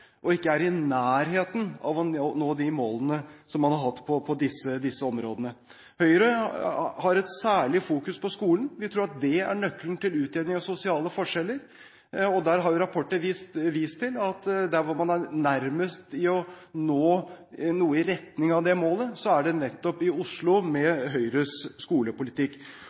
og ikke er i nærheten av å nå de målene man har hatt på disse områdene. Høyre har et særlig fokus på skolen. Vi tror at det er nøkkelen til utjevning av sosiale forskjeller. Der har rapporter vist at man er nærmest i å nå noe i retning av det målet nettopp i Oslo, med Høyres skolepolitikk.